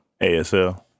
ASL